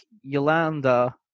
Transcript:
Yolanda